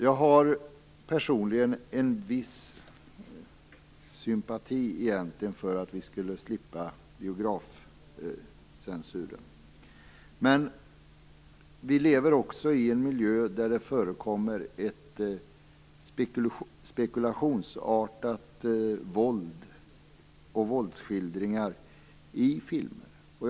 Jag har personligen egentligen en viss sympati för att vi skulle slippa biografcensuren. Men vi lever också i en miljö där det förekommer spekulationsartade våldsskildringar i filmer.